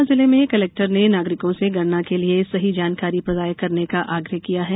गुना जिले में कलेक्टर ने नागरिकों से गणना के लिए सही जानकारी प्रदाय करने का आग्रह किया है